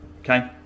Okay